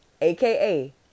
aka